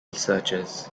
searches